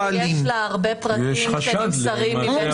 עברה אירוע ויש לה הרבה פרטים שנמסרים מבית החולים.